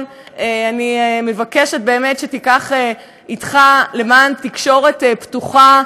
אני מבקשת שתיקח אתך למען תקשורת פתוחה,